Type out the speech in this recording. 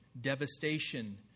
devastation